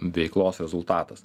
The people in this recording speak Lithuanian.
veiklos rezultatas